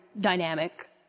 dynamic